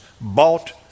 bought